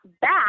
back